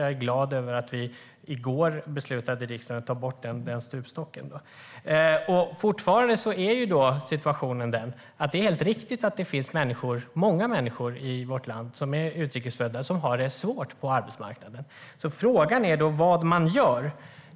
Jag är glad över att vi i går i riksdagen beslutade att ta bort den stupstocken. Det är helt riktigt att det finns många människor i vårt land som är utrikes födda och som har det svårt på arbetsmarknaden. Frågan är då vad man gör.